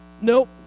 nope